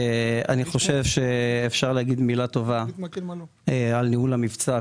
אני חושב שאפשר להגיד מילה טובה על ניהול המבצע,